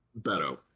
Beto